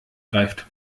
greift